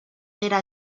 era